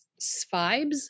Svibes